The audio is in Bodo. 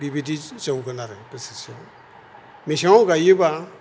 बिबायदि जौगोन आरो बोसोरसेआव मेसेंआव गायोबा